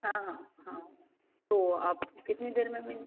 हाँ हाँ हाँ तो आप कितनी देर में मिली